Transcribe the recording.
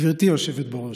גברתי היושבת בראש,